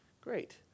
Great